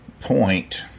point